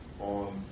on